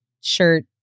shirt